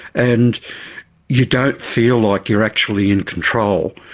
and you don't feel like you are actually in control.